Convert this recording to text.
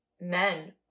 men